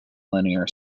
linear